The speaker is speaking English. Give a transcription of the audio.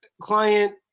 client